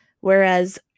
whereas